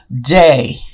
day